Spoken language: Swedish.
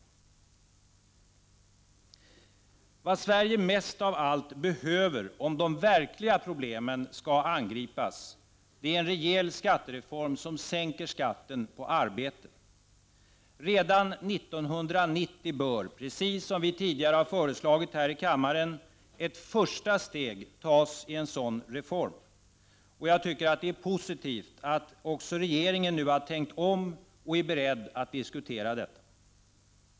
Vad Sverige mest av allt behöver, om de verkliga problemen skall angripas, är en rejäl skattereform som sänker skatten på arbete. Redan 1990 bör, precis som vi tidigare har föreslagit här i kammaren, ett första steg tas i en sådan reform. Det är positivt att också regeringen nu har tänkt om och är beredd att diskutera detta.